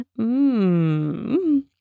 Mmm